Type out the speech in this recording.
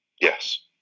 Yes